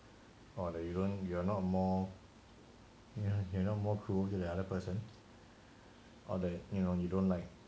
oh you don't are not more you are not more cruel to the other person or they you know you don't like